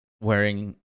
wearing